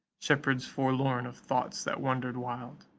shepherds forlorn of thoughts that wandered wild,